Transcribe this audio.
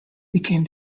became